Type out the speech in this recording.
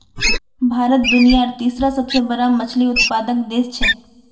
भारत दुनियार तीसरा सबसे बड़ा मछली उत्पादक देश छे